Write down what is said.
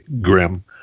Grim